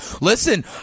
Listen